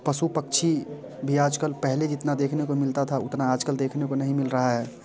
पशु पक्षी भी आज कल पहले जितना देखने को मिलता था उतना आज कल देखने को नहीं मिल रहा है